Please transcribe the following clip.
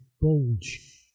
bulge